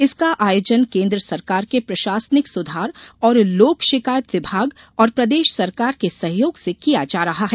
इसका आयोजन केन्द्र सरकार के प्रशासनिक सुधार और लोक शिकायत विभाग और प्रदेश सरकार के सहयोग से किया जा रहा है